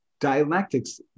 Dialectics